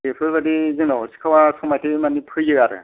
बेफोरबायदि जोंनाव सिखावा समायथे मानि फैयो आरो